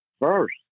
first